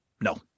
No